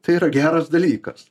tai yra geras dalykas